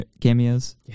cameos